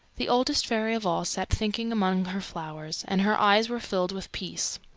the oldest fairy of all sat thinking among her flowers, and her eyes were filled with peace.